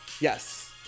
Yes